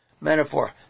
metaphor